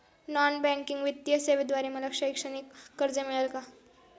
Non banking वित्तीय सेवेद्वारे मला शैक्षणिक कर्ज मिळेल का?